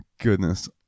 goodness